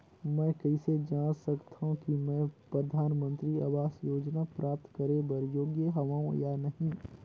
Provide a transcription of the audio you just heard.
मैं कइसे जांच सकथव कि मैं परधानमंतरी आवास योजना प्राप्त करे बर योग्य हववं या नहीं?